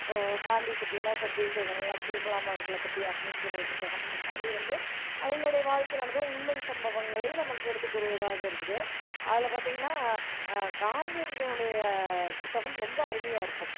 இப்போது காந்தி பற்றினா சத்திய சோதனை அப்துல்கலாம் அவர்களை பற்றி அக்னிச்சிறகு புத்தகம் இந்த மாதிரி வந்து அவங்களோடைய வாழ்க்கையில் நடந்த உண்மை சம்பவங்களை நமக்கு எடுத்துக்கூறுவதாக இருக்குது அதில் பார்த்தீங்கன்னா காந்தியடிகள்னுடைய புத்தகம் ரொம்ப அருமையாக இருக்கும்